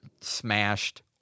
smashed